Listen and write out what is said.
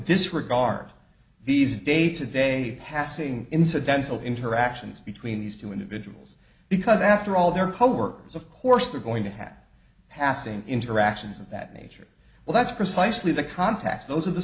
disregard these day to day passing incidental interactions between these two individuals because after all their coworkers of course were going to have passing interactions of that nature well that's precisely the contacts those are the